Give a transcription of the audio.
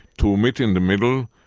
to meet in the middle,